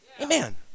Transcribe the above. amen